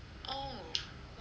oh !wah!